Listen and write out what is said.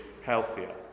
healthier